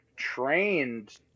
trained